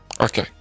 Okay